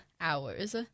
hours